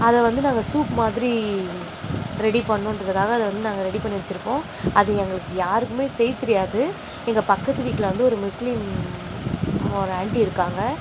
அதை வந்து நாங்கள் சூப் மாதிரி ரெடி பண்ணணுன்றத்துக்காக அதை வந்து நாங்கள் ரெடி பண்ணி வச்சிருப்போம் அது எங்களுக்கு யாருக்குமே செய்ய தெரியாது எங்கள் பக்கத்து வீட்டில் வந்து ஒரு முஸ்லீம் ஒரு ஆண்ட்டி இருக்காங்க